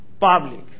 public